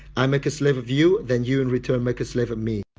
i make a slave of you, then you in return make a slave of me.